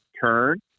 turn